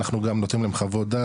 אנחנו גם נותנים להם חוות דעת,